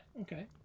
okay